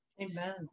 amen